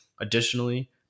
Additionally